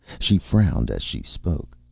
she frowned as she spoke.